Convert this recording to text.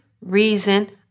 reason